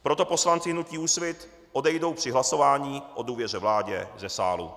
Proto poslanci hnutí Úsvit odejdou při hlasování o důvěře vládě ze sálu.